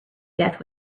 death